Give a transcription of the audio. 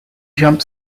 jump